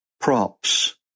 props